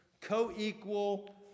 co-equal